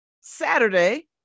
Saturday